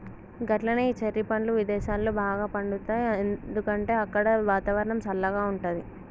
గట్లనే ఈ చెర్రి పండ్లు విదేసాలలో బాగా పండుతాయి ఎందుకంటే అక్కడ వాతావరణం సల్లగా ఉంటది